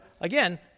again